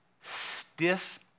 stiff